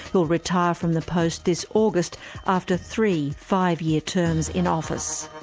who'll retire from the post this august after three five-year terms in office.